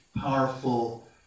powerful